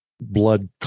blood